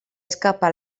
escapa